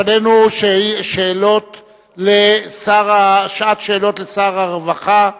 לפנינו שעת שאלות לשר הרווחה,